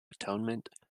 atonement